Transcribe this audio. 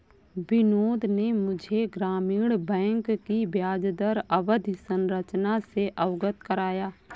बिनोद ने मुझे ग्रामीण बैंक की ब्याजदर अवधि संरचना से अवगत कराया